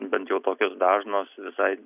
bent jau tokios dažnos visai